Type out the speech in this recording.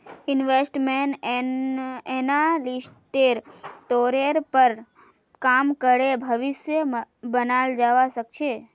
investment एनालिस्टेर तौरेर पर काम करे भविष्य बनाल जावा सके छे